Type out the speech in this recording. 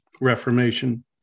Reformation